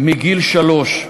מגיל שלוש,